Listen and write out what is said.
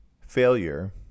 failure